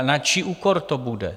Na čí úkor to bude?